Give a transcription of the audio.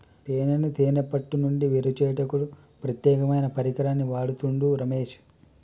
తేనెను తేనే పట్టు నుండి వేరుచేయుటకు ప్రత్యేకమైన పరికరాన్ని వాడుతుండు రమేష్